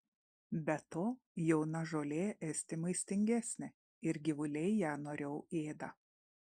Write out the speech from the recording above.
be to jauna žolė esti maistingesnė ir gyvuliai ją noriau ėda